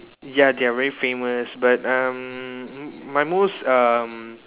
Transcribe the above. ya they are very famous but um my most um